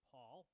Paul